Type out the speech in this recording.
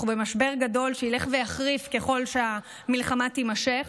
אנחנו במשבר גדול, שילך ויחריף ככל שהמלחמה תימשך.